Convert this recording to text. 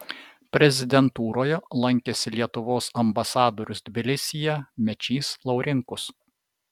prezidentūroje lankėsi lietuvos ambasadorius tbilisyje mečys laurinkus